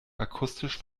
akustisch